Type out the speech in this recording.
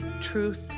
Truth